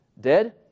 Dead